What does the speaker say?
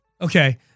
Okay